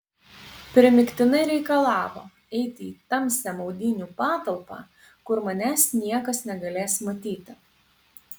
primygtinai reikalavo eiti į tamsią maudynių patalpą kur manęs niekas negalės matyti